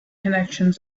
connections